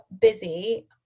busy